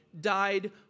died